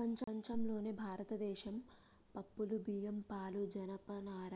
ప్రపంచంలోనే భారతదేశం పప్పులు, బియ్యం, పాలు, జనపనార